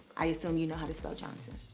i assume you know how to spell johnson.